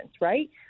right